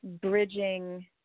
bridging